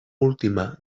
última